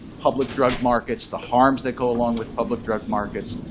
public drug markets, the harms that go along with public drug markets,